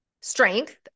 Strength